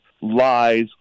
Lies